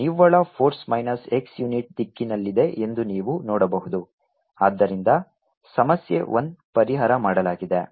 ನಿವ್ವಳ force minus x unit ದಿಕ್ಕಿನಲ್ಲಿದೆ ಎಂದು ನೀವು ನೋಡಬಹುದು ಆದ್ದರಿಂದ ಸಮಸ್ಯೆ 1 ಪರಿಹಾರ ಮಾಡಲಾಗಿದೆ